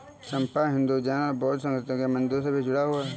चंपा हिंदू, जैन और बौद्ध संस्कृतियों के मंदिरों से भी जुड़ा हुआ है